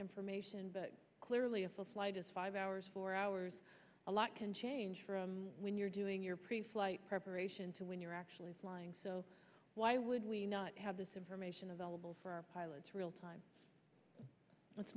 information but clearly a full flight is five hours four hours a lot can change from when you're doing your preflight preparation to when you're actually flying so why would we not have this information available for our pilots real time it's